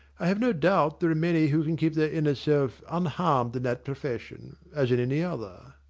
i have no doubt there are many who can keep their inner self unharmed in that profession, as in any other.